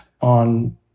on